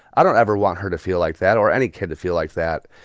i don't ever want her to feel like that or any kid to feel like that.